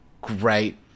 great